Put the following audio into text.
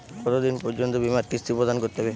কতো দিন পর্যন্ত বিমার কিস্তি প্রদান করতে হবে?